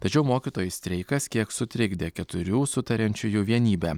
tačiau mokytojų streikas kiek sutrikdė keturių sutariančiųjų vienybę